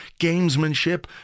Gamesmanship